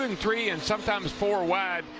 and three, and sometimes four white,